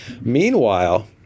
Meanwhile